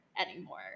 anymore